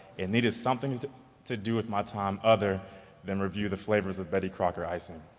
and needed something to to do with my time other than review the flavors of betty crocker icing.